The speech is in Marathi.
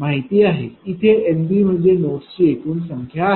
माहिती आहेत इथे NB म्हणजे नोड्सची एकूण संख्या आहे